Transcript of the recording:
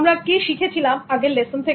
আমরা কি শিখেছিলাম আগের লেসন থেকে